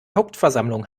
hauptversammlung